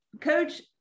coach